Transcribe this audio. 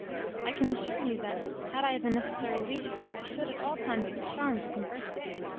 i can assure you that, had i the necessary leisure, i should at all times be charmed to converse with you.